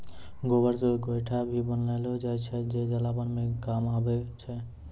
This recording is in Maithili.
गोबर से गोयठो भी बनेलो जाय छै जे जलावन के काम मॅ आबै छै